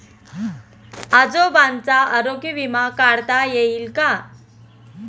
आजोबांचा आरोग्य विमा काढता येईल का?